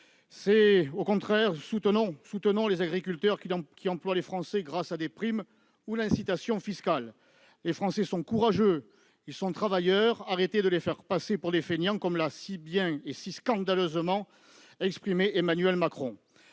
! Au contraire, soutenons les agriculteurs qui emploient des Français, grâce à des primes ou l'incitation fiscale ! Les Français sont courageux, ils sont travailleurs. Arrêtez de les faire passer pour des fainéants, comme l'a si bien et si scandaleusement exprimé Emmanuel Macron